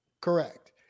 Correct